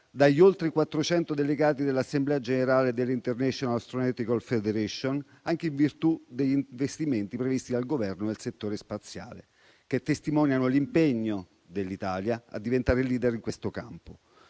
dagli oltre 400 delegati dell'assemblea generale dell'International Astronautical Federation, anche in virtù degli investimenti previsti dal Governo nel settore spaziale, che testimoniano l'impegno dell'Italia a diventare *leader* in questo campo.